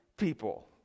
people